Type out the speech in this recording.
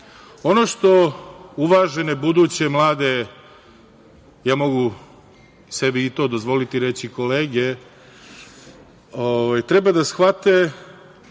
što uvažene buduće mlade, mogu sebi i to dozvoliti reći, kolege, treba da shvate